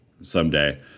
someday